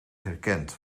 herkent